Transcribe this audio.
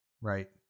Right